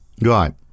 Right